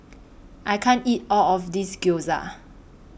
I can't eat All of This Gyoza